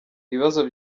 ibibazo